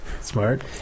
Smart